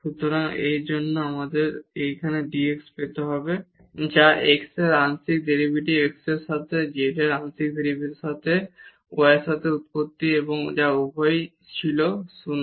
সুতরাং এর জন্য আমাদের এই dz পেতে হবে যা x এর আংশিক ডেরিভেটিভ x এর সাথে z এর আংশিক ডেরিভেটিভের সাথে y এর সাথে উৎপত্তি এবং যা উভয়ই ছিল 0